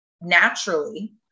naturally